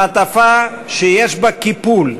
מעטפה שיש בה קיפול,